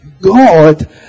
God